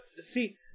see